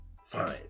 fine